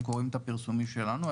הם קוראים את הפרסומים שלנו,